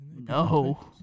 No